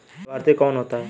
लाभार्थी कौन होता है?